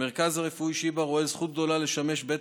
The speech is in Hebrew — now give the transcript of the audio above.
המרכז הרפואי שיבא רואה זכות גדולה לשמש בית